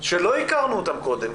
שלא הכרנו אותם קודם,